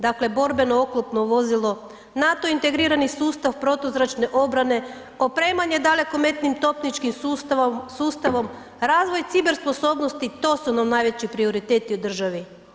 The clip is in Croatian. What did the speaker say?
Dakle, borbeno oklopno vozilo, NATO integrirani sustav protuzračne obrane, opremanje dalekometnim topničkim sustavom, razvoj cyber sposobnosti, to su nam najveći prioriteti u državi.